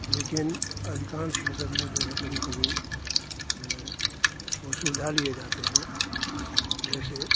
लेकिन अधिकांश मुकदमे जो है कभी कभी वो सुलझा लिए जाते हैं जैसे